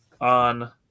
on